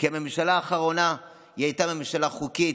כי הממשלה האחרונה הייתה ממשלה חוקית,